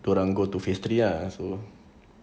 dia orang go to phase three lah so